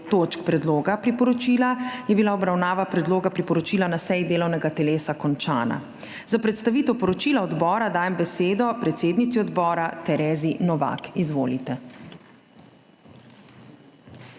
točk predloga priporočila, je bila obravnava predloga priporočila na seji delovnega telesa končana. Za predstavitev poročila odbora dajem besedo predsednici odbora Terezi Novak. TEREZA